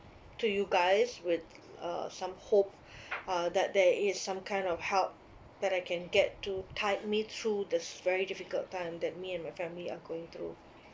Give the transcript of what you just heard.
to you guys with uh some hope uh that there is some kind of help that I can get to tide me through this very difficult time that me and my family are going through